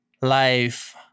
life